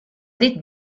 dit